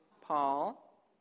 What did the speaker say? Paul